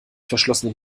verschlossenen